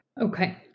Okay